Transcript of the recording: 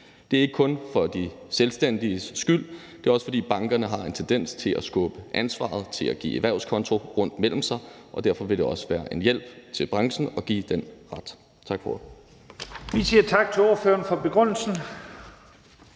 Det er ikke kun for de selvstændiges skyld; det er også, fordi bankerne har en tendens til at skubbe ansvaret for at give erhvervskonto rundt mellem sig. Derfor vil det også være en hjælp til branchen at give den ret.